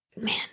Man